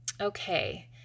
okay